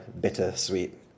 bittersweet